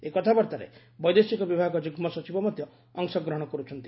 ଏହି କଥାବାର୍ତ୍ତାରେ ବୈଦେଶିକ ବିଭାଗ ଯୁଗୁ ସଚିବ ମଧ୍ୟ ଅଂଶ ଗ୍ରହଣ କରୁଛନ୍ତି